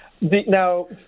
Now